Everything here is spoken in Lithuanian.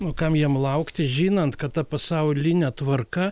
o kam jiem laukti žinant kad ta pasaulinė tvarka